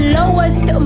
lowest